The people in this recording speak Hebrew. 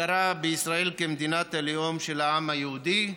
הכרה בישראל כמדינת הלאום של העם היהודי,